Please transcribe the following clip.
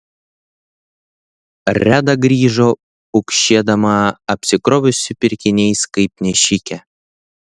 reda grįžo pukšėdama apsikrovusi pirkiniais kaip nešikė